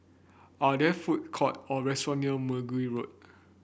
are there food court or restaurant near Mergui Road